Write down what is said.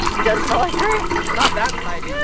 does smell like grapes. not that side, yeah